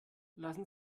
lassen